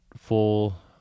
full